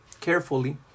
carefully